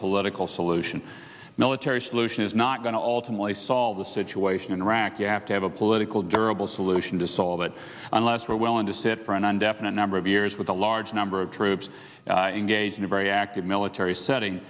political solution kerry solution is not going to ultimately solve the situation in iraq you have to have a political durable solution to solve it unless we're willing to sit for an undefined a number of years with a large number of troops engaged in a very active military setting